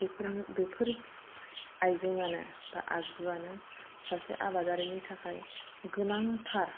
बेफोर आयजेंआनो एबा आगजुआनो सासे आबादारिनि थाखाय गोनांथार